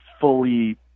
fully